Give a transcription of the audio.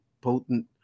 potent